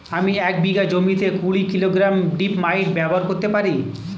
আমি এক বিঘা জমিতে কুড়ি কিলোগ্রাম জিপমাইট ব্যবহার করতে পারি?